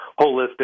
holistic